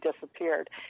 disappeared